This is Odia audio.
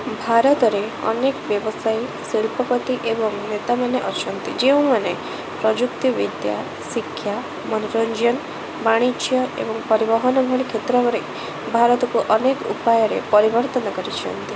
ଭାରତରେ ଅନେକ ବ୍ୟବସାୟୀ ଶିଳ୍ପପତି ଏବଂ ନେତାମାନେ ଅଛନ୍ତି ଯେଉଁମାନେ ପ୍ରଯୁକ୍ତି ବିଦ୍ୟା ଶିକ୍ଷା ମନୋରଞ୍ଜନ ବାଣିଜ୍ୟ ଏବଂ ପରିବହନ ଭଳି କ୍ଷେତ୍ରରେ ଭାରତକୁ ଅନେକ ଉପାୟରେ ପରିବର୍ତ୍ତନ କରିଛନ୍ତି